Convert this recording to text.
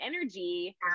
energy